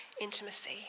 intimacy